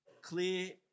Clear